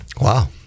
Wow